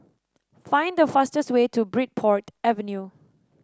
find the fastest way to Bridport Avenue